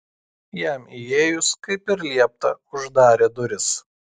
jam įėjus kaip ir liepta uždarė duris